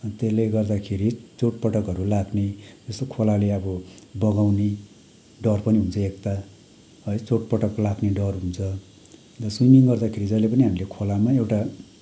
त्यसले गर्दाखेरि चोटपटकहरू लाग्ने यस्तो खोलाले अब बगाउने डर पनि हुन्छ एक त है चोटपटक लाग्ने डर हुन्छ र स्विमिङ गर्दाखेरि जहिले पनि हामीले खोलामा एउटा